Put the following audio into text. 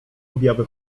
objawy